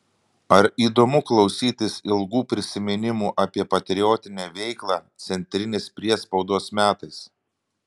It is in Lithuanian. ar įdomu klausytis ilgų prisiminimų apie patriotinę veiklą carinės priespaudos metais